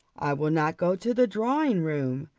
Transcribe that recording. i will not go to the drawing-room.